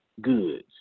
Goods